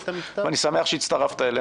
אני שמח שהצטרפת אלינו.